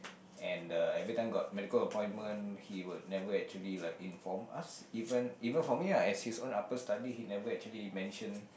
and the every time got medical appointment he would never actually like inform us even even for me lah as his own upper study he never actually mention